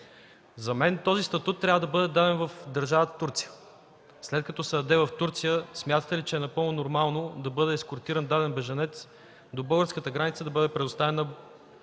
За мен този статут трябва да бъде даден в държавата Турция. След като се даде в Турция, смятате ли, че е напълно нормално даден бежанец да бъде ескортиран до българската граница и да бъде предоставен на България, за